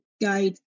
guide